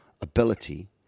ability